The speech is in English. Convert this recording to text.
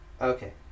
Okay